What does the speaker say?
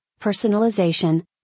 personalization